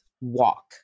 walk